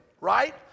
right